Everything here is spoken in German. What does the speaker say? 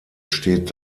steht